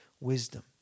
wisdom